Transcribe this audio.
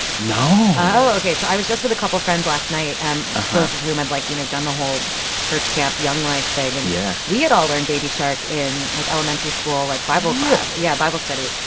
no oh, ok. so i was just with a couple of friends last night, um both of whom had like, you know, done the whole church camp, young life thing. yeah. and yeah we had all learned baby shark in, like, elementary school, like, bible class really? yeah, bible study.